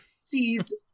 sees